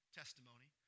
testimony